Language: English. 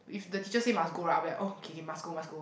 if the teacher say must go right I'll be like oh K K must go must go